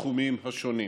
בתחומים השונים.